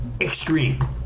extreme